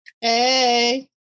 Hey